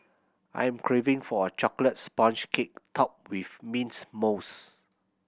I am craving for a chocolate sponge cake topped with mints mousse